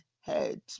head